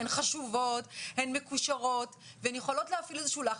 הן חשובות ומקושרות ויכולות להפעיל לחץ,